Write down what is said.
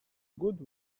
good